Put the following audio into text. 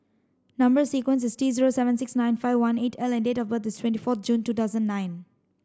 number sequence is T zero seven six nine five one eight L and date of birth is twenty four June two thousand nine